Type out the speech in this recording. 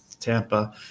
tampa